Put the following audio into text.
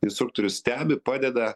instruktorius stebi padeda